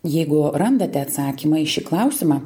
jeigu randate atsakymą į šį klausimą